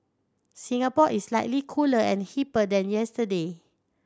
Singapore is slightly cooler and hipper than yesterday